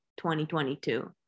2022